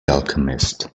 alchemist